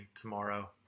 tomorrow